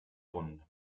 runde